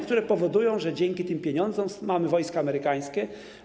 które powodują, że dzięki tym pieniądzom mamy wojska amerykańskie.